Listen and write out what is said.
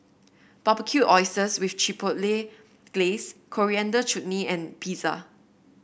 Barbecued Oysters with Chipotle Glaze Coriander Chutney and Pizza